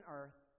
earth